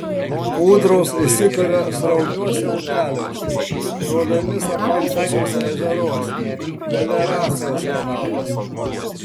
ūdros įsikuria srauniuose upeliuose žolėmis apaugusiuose ežeruose melioracijos kanaluose